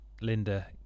Linda